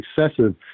excessive